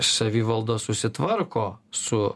savivaldos susitvarko su